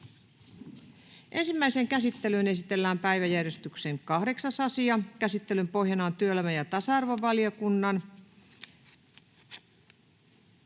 Ensimmäiseen käsittelyyn esitellään päiväjärjestyksen 8. asia. Käsittelyn pohjana on työelämä‑ ja tasa-arvovaliokunnan